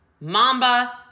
Mamba